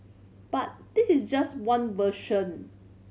but this is just one version